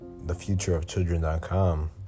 thefutureofchildren.com